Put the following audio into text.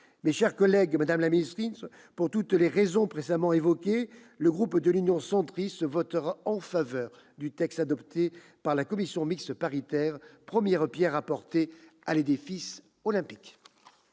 mes chers collègues, pour toutes les raisons précédemment évoquées, le groupe Union Centriste votera en faveur du texte adopté par la commission mixte paritaire, première pierre apportée à l'édifice olympique.